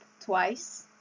Twice